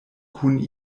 kun